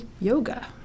yoga